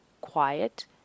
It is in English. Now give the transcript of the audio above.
quiet